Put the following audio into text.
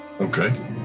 Okay